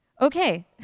Okay